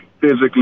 physically